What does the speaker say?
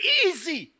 easy